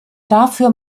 dafür